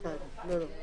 ההסתייגות לא התקבלה.